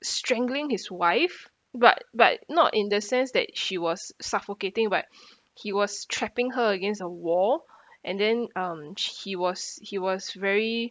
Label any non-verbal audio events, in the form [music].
strangling his wife but but not in the sense that she was suffocating but [breath] he was trapping her against a wall [breath] and then um he was he was very